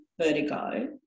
vertigo